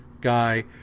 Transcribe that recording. guy